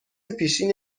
پیشین